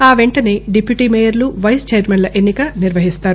ఆ వెంటనే డిప్యూటీ మేయర్లు వైస్ చైర్మన్ల ఎన్నిక నిర్వహిస్తారు